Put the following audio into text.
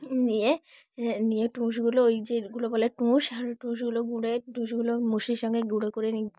নিয়ে নিয়ে তুষগুলো ওই যেগুলো বলে তুষ আর ও তুষগুলো গুঁড়ো তুষগুলো ভুসির সঙ্গে গুঁড়ো করে নিতে